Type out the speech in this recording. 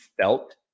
felt